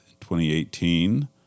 2018